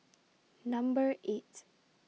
Number eight